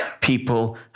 people